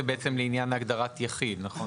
זה בעצם לעניין הגדרת יחיד, נכון?